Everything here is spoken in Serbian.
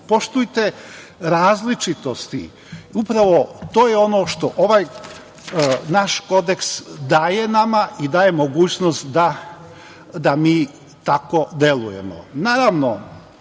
Poštujte različitosti. Upravo to je ono što ovaj naš kodeks daje nama i daje mogućnost da mi tako delujemo. Narodne